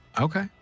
Okay